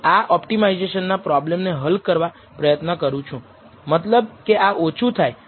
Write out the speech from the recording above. તેથી SS total હંમેશાં SSE કરતા વધારે રહેશે અને તેથી આ તફાવત SSR પણ આ બધી ધન માત્રામાં ધન રહેશે